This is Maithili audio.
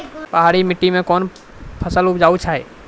पहाड़ी मिट्टी मैं कौन फसल उपजाऊ छ?